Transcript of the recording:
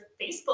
Facebook